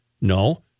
No